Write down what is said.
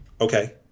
Okay